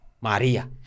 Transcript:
Maria